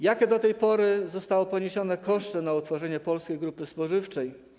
Jakie do tej pory zostały poniesione koszty przeznaczone na utworzenie Polskiej Grupy Spożywczej?